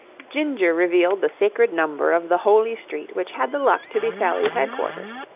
ginger revealed the sacred number of the holy street which had the luck to be sally's headquarters.